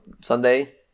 Sunday